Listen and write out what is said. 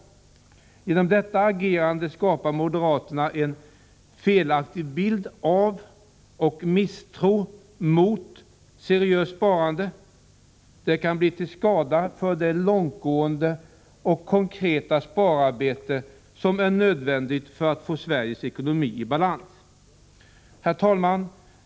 Genom detta agerande skapar moderaterna en felaktig bild av och misstro mot seriöst sparande. Det kan bli till skada för det långtgående och konkreta spararbete som är nödvändigt för att få Sveriges ekonomi i balans. Herr talman!